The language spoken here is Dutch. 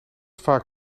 vaak